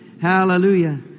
Hallelujah